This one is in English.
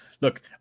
look